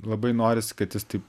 labai norisi kad jis taip